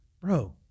bro